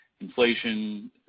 inflation